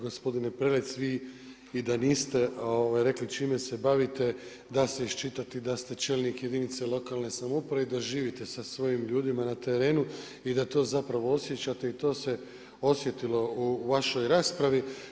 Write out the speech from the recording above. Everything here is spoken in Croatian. Gospodine Prelec vi i da niste rekli čime se bavite da se iščitati da ste čelnik jedinice lokalne samouprave i da živite sa svojim ljudima na terenu i da to zapravo osjećate i to se osjetilo u vašoj raspravi.